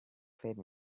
faith